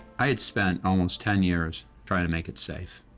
i had spent almost ten years trying to make it safe.